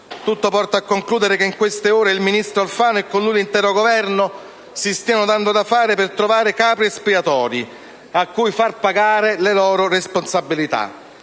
tutto porta a concludere che in queste ore il ministro Alfano e con lui l'intero Governo si stiano dando da fare per trovare capri espiatori a cui far pagare le loro responsabilità.